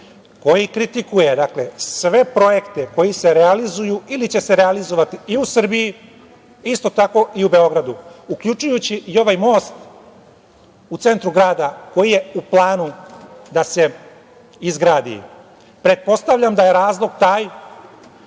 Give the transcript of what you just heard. koji kritikuje sve projekte koji se realizuju ili će se realizovati i u Srbiji, isto tako i u Beogradu, uključujući i ovaj most u centru grada koji je u planu da se izgradi. Pretpostavljam da je razlog taj